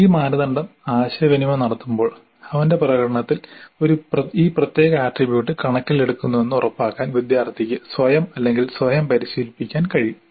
ഈ മാനദണ്ഡം ആശയവിനിമയം നടത്തുമ്പോൾ അവന്റെ പ്രകടനത്തിൽ ഈ പ്രത്യേക ആട്രിബ്യൂട്ട് കണക്കിലെടുക്കുന്നുവെന്ന് ഉറപ്പാക്കാൻ വിദ്യാർത്ഥിക്ക് സ്വയം അല്ലെങ്കിൽ സ്വയം പരിശീലിപ്പിക്കാൻ കഴിയും